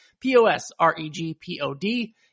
P-O-S-R-E-G-P-O-D